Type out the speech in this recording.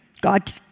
God